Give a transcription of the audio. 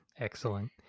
Excellent